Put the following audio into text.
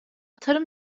tarım